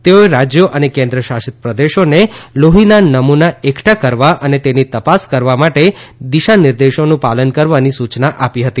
તેઓએ રાજ્યો અને કેન્દ્રશાસિત પ્રદેશોને લોફીના નમૂના એકઠા કરવા અને તેની તપાસ કરવા માટે દિશા નિર્દેશોનું પાલન કરવાની સૂચના આપી હતી